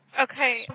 Okay